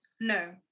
No